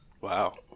Wow